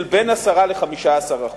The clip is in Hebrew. של בין 10% ל-15%.